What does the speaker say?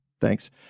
Thanks